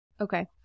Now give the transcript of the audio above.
Okay